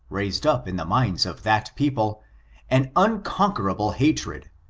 raised up in the minds of that people an unconquerable hatred,